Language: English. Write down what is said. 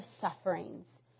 sufferings